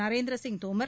Narendra Singh Tomar